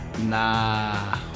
Nah